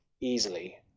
easily